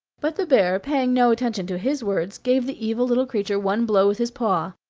but the bear, paying no attention to his words, gave the evil little creature one blow with his paw,